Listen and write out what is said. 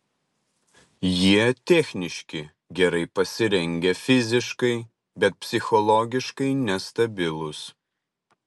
jie techniški gerai pasirengę fiziškai bet psichologiškai nestabilūs